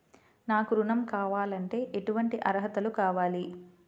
నాకు ఋణం కావాలంటే ఏటువంటి అర్హతలు కావాలి?